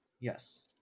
Yes